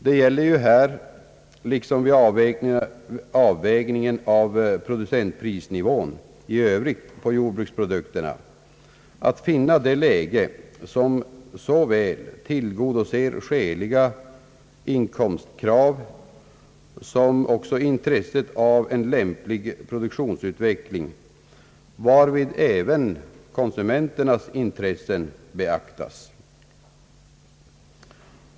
Det gäller ju här liksom vid avvägningen av producentprisnivån i övrigt på jordbruksprodukterna att finna det läge, som såväl tillgodoser skäliga inkomstkrav som intresset av en lämplig produktionsut veckling, varvid även konsumenternas intressen beaktas.